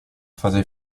fase